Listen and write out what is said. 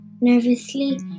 nervously